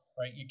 right